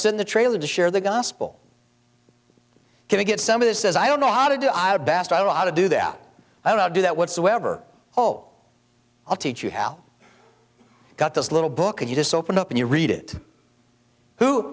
sit in the trailer to share the gospel can you get some of this as i don't know how to do our best i know how to do that i don't do that whatsoever oh i'll teach you how i got this little book and you just open up and you read it who